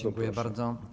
Dziękuję bardzo.